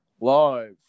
Live